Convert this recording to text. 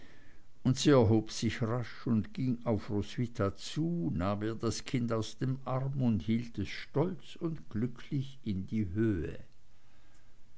und sie erhob sich rasch und ging auf roswitha zu nahm ihr das kind aus dem arm und hielt es stolz und glücklich in die höhe